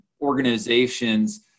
organizations